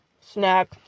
Snack